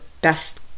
best